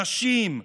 נשים,